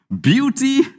beauty